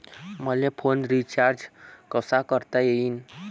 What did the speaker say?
मले phone recharge कसा करता येईन?